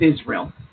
Israel